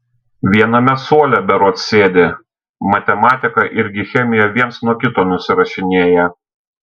viename suole berods sėdi matematiką irgi chemiją viens nuo kito nusirašinėja